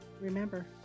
remember